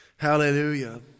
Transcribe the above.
Hallelujah